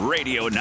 Radio